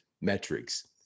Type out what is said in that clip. metrics